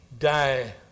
die